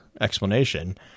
explanation